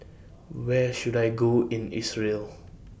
Where should I Go in Israel